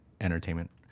Entertainment